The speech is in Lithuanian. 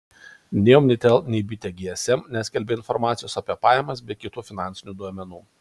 nei omnitel nei bitė gsm neskelbia informacijos apie pajamas bei kitų finansinių duomenų